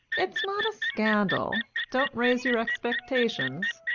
it's not a scandal. don't raise your expectations.